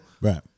Right